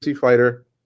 fighter